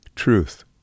Truth